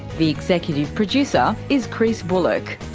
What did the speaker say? the executive producer is chris bullock,